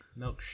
milkshake